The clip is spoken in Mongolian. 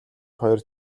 хоёр